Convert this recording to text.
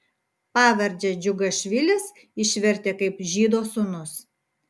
pavardę džiugašvilis išvertė kaip žydo sūnus